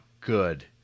good